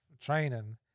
training